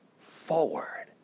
forward